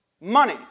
Money